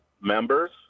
members